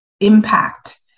impact